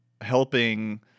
helping